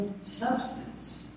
Substance